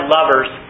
Lovers